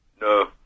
No